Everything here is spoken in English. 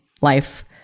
life